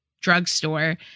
drugstore